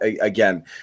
again